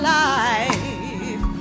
life